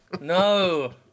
No